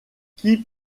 qui